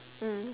mm